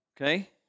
Okay